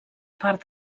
part